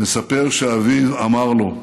מספר שאביו אמר לו: